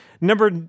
Number